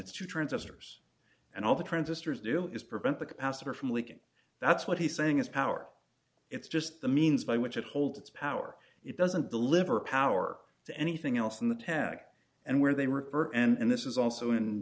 transistors and all the transistors do is prevent the capacitor from leaking that's what he's saying is power it's just the means by which it holds its power it doesn't deliver power to anything else in the tag and where they were and this is also in